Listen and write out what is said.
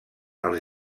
als